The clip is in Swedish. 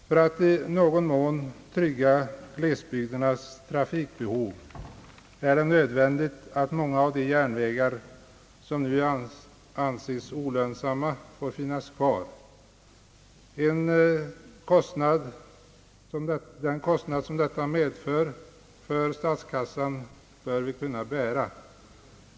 För att i någon mån trygga glesbygdernas trafikförsörjning är det nödvän digt att många av de järnvägar som nu anses olönsamma får finnas kvar. Den kostnad som detta medför för statskassan bör vi kunna bära.